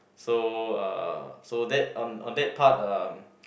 so uh so that on on that part uh